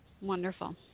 Wonderful